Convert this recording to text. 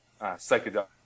psychedelic